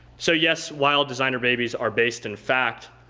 so, yes while designer babies are based in fact,